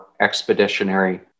Expeditionary